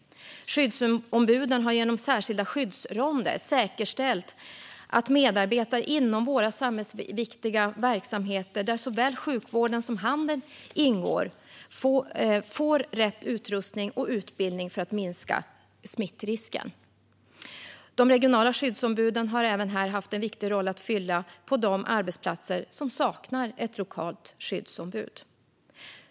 Skyddsombuden har genom särskilda skyddsronder säkerställt att medarbetare inom våra samhällsviktiga verksamheter, där såväl sjukvården som handeln ingår, får rätt utrustning och utbildning för att minska smittrisken. De regionala skyddsombuden har även här haft en viktig roll att fylla på de arbetsplatser som saknar ett lokalt skyddsombud.